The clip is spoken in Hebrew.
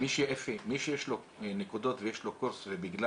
אפי, מי שיש לו נקודות ויש לו עכשיו בגלל